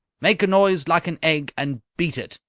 make a noise like an egg and beat it!